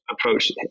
approach